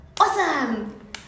Awesome